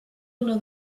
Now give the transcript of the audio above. una